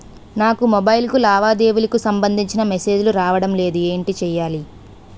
నాకు మొబైల్ కు లావాదేవీలకు సంబందించిన మేసేజిలు రావడం లేదు ఏంటి చేయాలి?